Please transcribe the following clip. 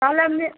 তাহলে আপনি